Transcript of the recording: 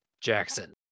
Jackson